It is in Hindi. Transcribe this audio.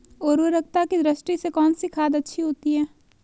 उर्वरकता की दृष्टि से कौनसी खाद अच्छी होती है?